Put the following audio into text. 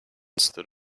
stood